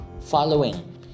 following